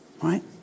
Right